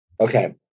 Okay